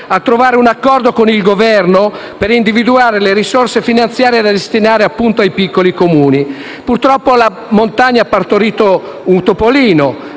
a trovare un accordo con il Governo per individuare le risorse finanziarie da destinare ai piccoli Comuni. Purtroppo la montagna ha partorito un topolino: